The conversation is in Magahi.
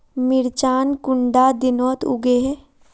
मिर्चान कुंडा दिनोत उगैहे?